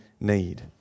need